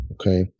Okay